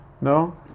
No